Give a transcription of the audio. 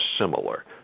similar